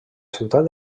ciutat